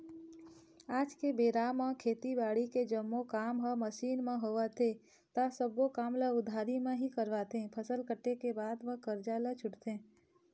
आज के बेरा म खेती बाड़ी के जम्मो काम ह मसीन म होवत हे ता सब्बो काम ल उधारी म ही करवाथे, फसल कटे के बाद म करजा ल छूटथे